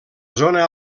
zona